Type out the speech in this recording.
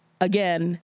again